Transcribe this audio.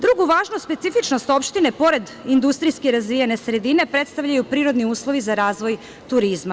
Drugu važnu specifičnost opštine, pored industrijski razvijene sredine, predstavljaju prirodni uslovi za razvoj turizma.